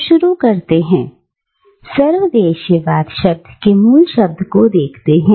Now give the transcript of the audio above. तो शुरू करते हैं सर्वदेशीयवाद शब्द के मूल शब्द को देखते हैं